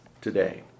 today